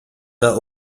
der